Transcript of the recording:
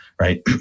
right